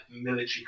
military